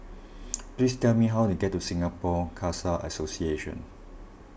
please tell me how to get to Singapore Khalsa Association